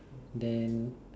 then